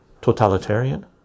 totalitarian